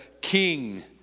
king